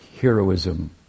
heroism